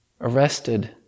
arrested